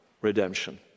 redemption